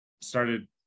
started